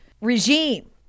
regime